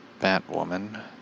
Batwoman